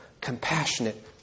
compassionate